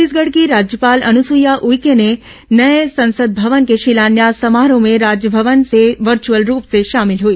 छत्तीसगढ़ की राज्यपाल अनुसुईया उइके नये संसद भवन के शिलान्यास समारोह में राजभवन से वर्चुअल रूप से शामिल हुई